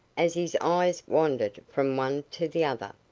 as his eyes wandered from one to the other.